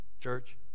Church